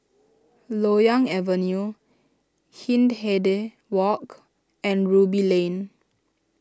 Loyang Avenue Hindhede Walk and Ruby Lane